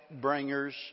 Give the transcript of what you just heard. bringers